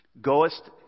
goest